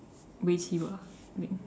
围棋 bah I think